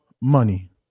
money